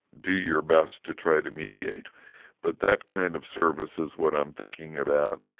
do your best to try to mediate but that kind of service is what i'm thinking about,